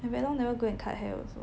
I very long never go and cut hair also